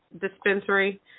Dispensary